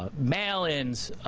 ah mail ins,